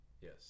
Yes